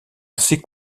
assez